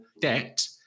debt